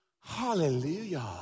Hallelujah